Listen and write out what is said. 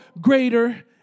greater